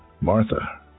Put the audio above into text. Martha